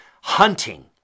hunting